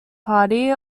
party